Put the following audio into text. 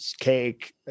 cake